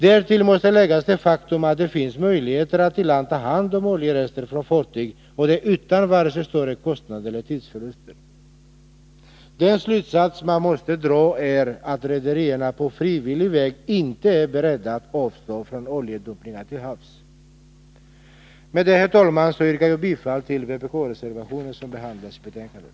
Därtill måste läggas det faktum att det finns möjligheter att i land ta hand om oljerester från fartyg, och det utan vare sig större kostnader eller tidsförluster. Den slutsats man måste dra är att rederierna på frivillig väg inte är beredda att avstå från oljedumpningar till havs. Med detta, herr talman, yrkar jag bifall till vpk-reservationen som är fogad till betänkandet.